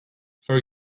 for